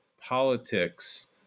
politics